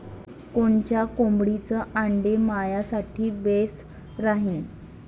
कोनच्या कोंबडीचं आंडे मायासाठी बेस राहीन?